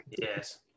Yes